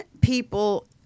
people